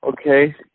Okay